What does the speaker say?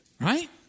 right